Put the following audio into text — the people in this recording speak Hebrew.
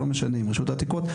עם רשות העתיקות,